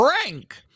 Frank